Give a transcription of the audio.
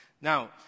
Now